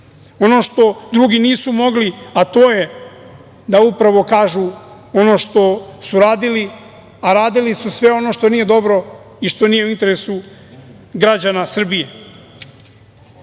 Ono što drugi nisu mogli, a to je da upravo kažu ono što su radili, a radili su sve ono što nije dobro i što nije u interesu građana Srbije. Ono